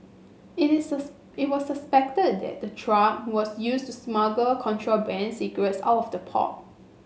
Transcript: it is it was suspected that the truck was used to smuggle contraband cigarettes out of the port